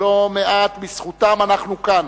שלא מעט בזכותם אנחנו כאן,